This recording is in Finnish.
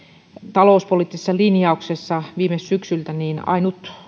talouspoliittisessa linjauksessa viime syksyltä ainut